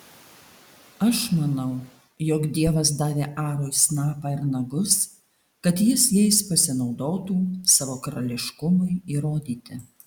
aš manau jog dievas davė arui snapą ir nagus kad jis jais pasinaudotų savo karališkumui įrodyti